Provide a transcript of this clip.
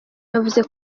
yavuze